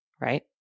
right